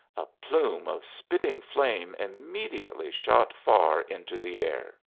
a plume of spitting flame immediately shot far into the air.